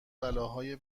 بلاهای